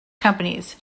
companies